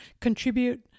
contribute